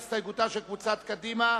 ההסתייגות 4 של קבוצת סיעת קדימה,